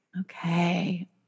Okay